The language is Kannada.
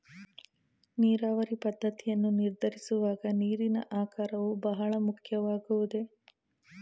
ನೀರಾವರಿ ಪದ್ದತಿಯನ್ನು ನಿರ್ಧರಿಸುವಾಗ ನೀರಿನ ಆಕಾರವು ಬಹಳ ಮುಖ್ಯವಾಗುವುದೇ?